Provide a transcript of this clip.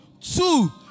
two